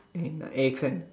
eight nine accent